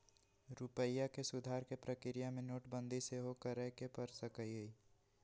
रूपइया के सुधारे कें प्रक्रिया में नोटबंदी सेहो करए के पर सकइय